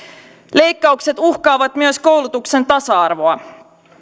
leikkaukset uhkaavat myös koulutuksen tasa arvoa